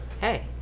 Hey